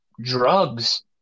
Drugs